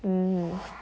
mm